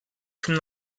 from